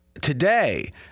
Today